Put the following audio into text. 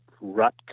rut